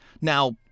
Now